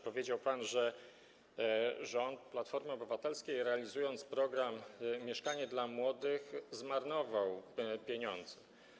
Powiedział pan, że rząd Platformy Obywatelskiej, realizując program „Mieszkanie dla młodych”, zmarnował pieniądze.